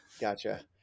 gotcha